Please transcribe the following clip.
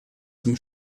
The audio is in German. zum